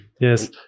Yes